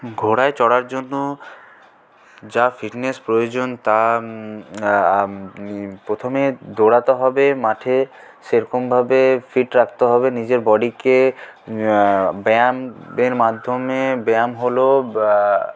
ঘোড়ায় চড়ার জন্য যা ফিটনেস প্রয়োজন তা প্রথমে দৌঁড়াতে হবে মাঠে সেরকমভাবে ফিট রাখতে হবে নিজের বডিকে ব্যায়ামের মাধ্যমে ব্যায়াম হল